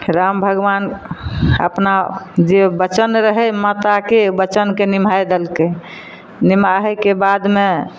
राम भगबान अपना जे बचन रहै माताके बचनके निमहाय देलकै निमाहैके बादमे